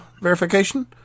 verification